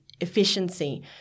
efficiency